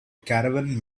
caravan